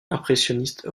impressionniste